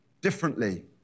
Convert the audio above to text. differently